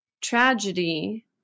tragedy